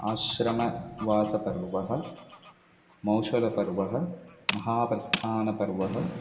Ashramavasaparva Mausalaparva Mahaprasthanparva